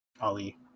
Ali